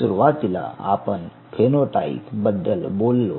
सुरुवातीला आपण फेनोटाइप बद्दल बोललो